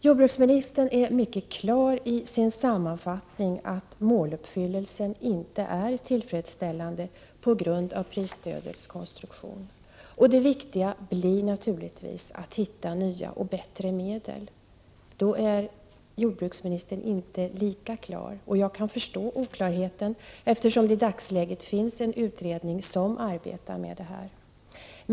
Jordbruksministern är i sin sammanfattning helt på det klara med att måluppfyllelsen inte är tillfredsställande på grund av prisstödets konstruktion. Det viktiga blir naturligtvis att hitta nya och bättre medel, men då är jordbruksministern inte lika klar. Jag kan förstå oklarheten, eftersom det i dagsläget finns en utredning som arbetar med detta.